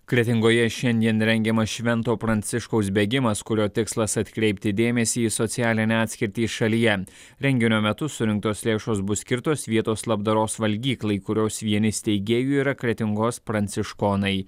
kretingoje šiandien rengiamas švento pranciškaus bėgimas kurio tikslas atkreipti dėmesį į socialinę atskirtį šalyje renginio metu surinktos lėšos bus skirtos vietos labdaros valgyklai kurios vieni steigėjų yra kretingos pranciškonai